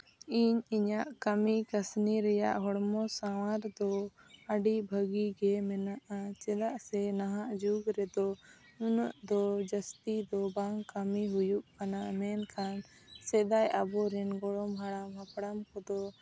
ᱤᱧ ᱤᱧᱟᱹᱜ ᱠᱟᱹᱢᱤ ᱠᱟᱹᱥᱱᱤ ᱨᱮᱭᱟᱜ ᱦᱚᱲᱢᱚ ᱥᱟᱶᱟᱨ ᱫᱚ ᱟᱹᱰᱤ ᱵᱷᱟᱹᱜᱤ ᱜᱮ ᱢᱮᱱᱟᱜᱼᱟ ᱪᱮᱫᱟᱜ ᱥᱮ ᱱᱟᱦᱟᱜ ᱡᱩᱜᱽ ᱨᱮᱫᱚ ᱩᱱᱟᱹᱜ ᱫᱚ ᱡᱟᱹᱥᱛᱤ ᱫᱚ ᱵᱟᱝ ᱠᱟᱹᱢᱤ ᱦᱩᱭᱩᱜ ᱠᱟᱱᱟ ᱢᱮᱱᱠᱷᱟᱱ ᱥᱮᱫᱟᱭ ᱟᱵᱚ ᱨᱮᱱ ᱜᱚᱲᱚᱢ ᱦᱟᱲᱟᱢ ᱦᱟᱯᱲᱟᱢ ᱠᱚᱫᱚ